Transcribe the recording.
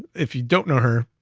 if you don't know her,